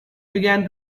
began